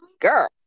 girl